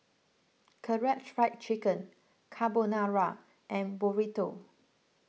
Karaage Fried Chicken Carbonara and Burrito